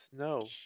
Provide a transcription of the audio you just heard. No